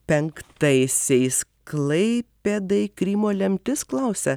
penktaisiais klaipėdai krymo lemtis klausia